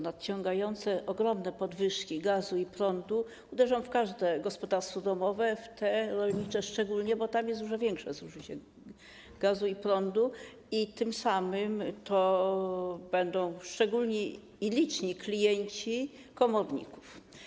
Nadciągające ogromne podwyżki cen gazu i prądu uderzą w każde gospodarstwo domowe, a w te rolnicze szczególnie, bo tam jest dużo większe zużycie gazu i prądu, a tym samym to będą szczególnie liczni klienci komorników.